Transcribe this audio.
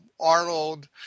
Arnold